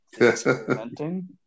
experimenting